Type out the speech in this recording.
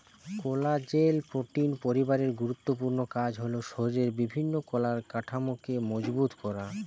collagen protein পরিবারের গুরুত্বপূর্ণ কাজ হল শরিরের বিভিন্ন কলার কাঠামোকে মজবুত করা